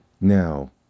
now